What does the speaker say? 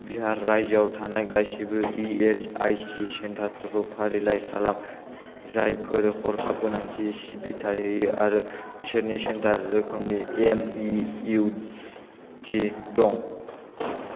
बिहार रायजोआव थानाय गासिबो इएसआइसि सेन्टारफोरखौ फारिलाइ खालाम जायफोरा हरखाब गोनांथि सिबिथाय होयो आरो बिसोरनि सेन्टार रोखोमनि एमइइउडी दं